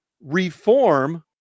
reform